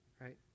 right